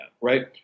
right